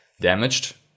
damaged